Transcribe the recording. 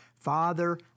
Father